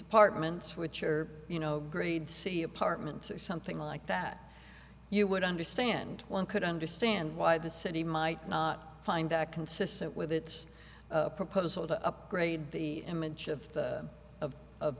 apartments which are you know grade c apartments or something like that you would understand one could understand why the city might not find that consistent with its proposal to upgrade the image of of of